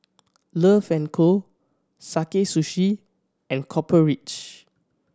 Love and Co Sakae Sushi and Copper Ridge